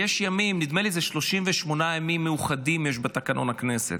נדמה לי שיש 38 ימים מיוחדים בתקנון הכנסת.